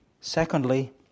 Secondly